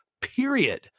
period